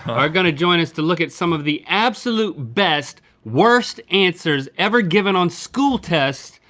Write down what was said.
are gonna join us to look at some of the absolute best worst answers ever given on school tests,